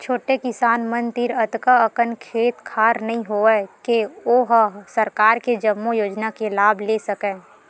छोटे किसान मन तीर अतका अकन खेत खार नइ होवय के ओ ह सरकार के जम्मो योजना के लाभ ले सकय